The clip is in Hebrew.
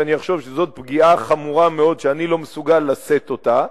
ואני אחשוב שזו פגיעה חמורה מאוד שאני לא מסוגל לשאת אותה,